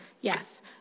Yes